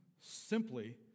simply